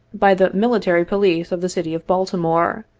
by the military police of the city of baltimore,